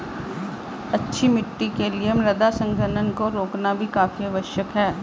अच्छी मिट्टी के लिए मृदा संघनन को रोकना भी काफी आवश्यक है